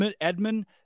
Edmund